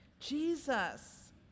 jesus